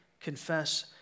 confess